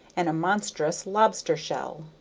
and a monstrous lobster-shell.